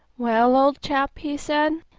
well, old chap, he said,